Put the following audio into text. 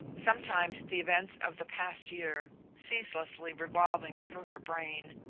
sometimes the events of the past year, ceaselessly revolving through her brain,